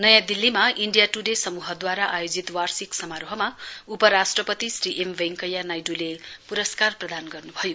नयाँ दिल्लीमा India Today समूहद्वारा आयोजित वार्षिक समारोहमा उपराष्ट्रपति श्री एम वैंकैया नाइडूले प्रस्कार प्रदान गर्न्भयो